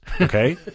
okay